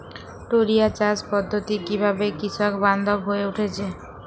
টোরিয়া চাষ পদ্ধতি কিভাবে কৃষকবান্ধব হয়ে উঠেছে?